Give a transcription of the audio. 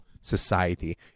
Society